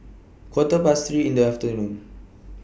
Quarter Past three in The afternoon